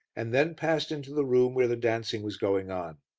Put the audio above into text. and then passed into the room where the dancing was going on.